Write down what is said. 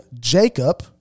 Jacob